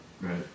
Right